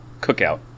cookout